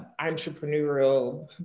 entrepreneurial